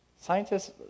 scientists